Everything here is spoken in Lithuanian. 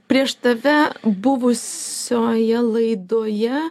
prieš tave buvusioje laidoje